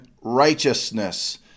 righteousness